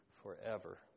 forever